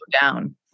down